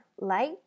light